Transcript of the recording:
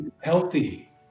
healthy